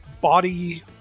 body